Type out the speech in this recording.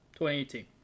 2018